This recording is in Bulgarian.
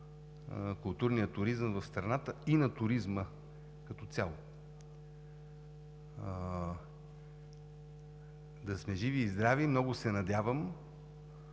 културния туризъм в страната и на туризма като цяло. Да сме живи и здрави, много се надявам!